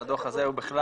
על הדוח הזה ובכלל,